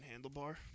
handlebar